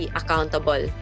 accountable